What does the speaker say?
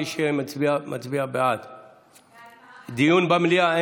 מי שמצביע בעד מצביע בעד דיון במליאה.